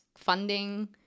funding